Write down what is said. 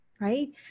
Right